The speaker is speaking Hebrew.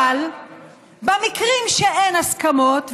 אבל במקרים שאין הסכמות,